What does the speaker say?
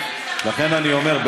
לכן אני אומר,